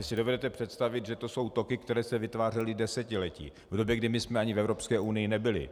Vy si dovedete představit, že to jsou toky, které se vytvářely desetiletí, v době, kdy my jsme ani v Evropské unii nebyli.